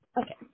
Okay